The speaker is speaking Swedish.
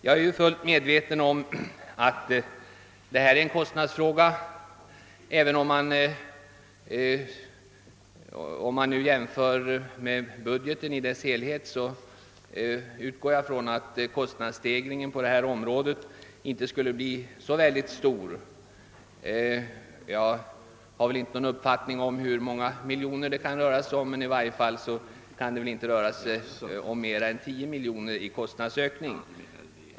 Jag är fullt medveten om att det här rör sig om en kostnadsfråga, men i förhållande till budgeten i dess helhet blir kostnadsstegringen ändå inte särskilt stor. Även om jag inte har någon bestämd uppfattning om hur många miljoner kronor det kan röra sig om, antar jag att det ändå inte kan vara mer än 10 miljoner i kostnadsökning.